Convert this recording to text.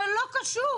זה לא קשור.